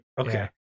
Okay